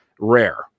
rare